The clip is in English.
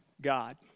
God